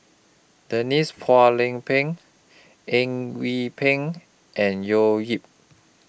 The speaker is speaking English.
Denise Phua Lay Peng Eng Yee Peng and Leo Yip